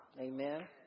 amen